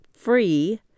Free